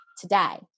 today